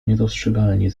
niedostrzegalnie